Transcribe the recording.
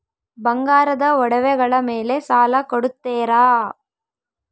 ಬಂಗಾರದ ಒಡವೆಗಳ ಮೇಲೆ ಸಾಲ ಕೊಡುತ್ತೇರಾ?